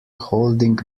holding